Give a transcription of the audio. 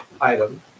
item